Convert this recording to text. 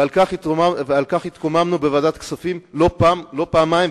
ועל כך קבלנו בוועדת הכספים לא פעם ולא פעמיים,